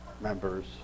members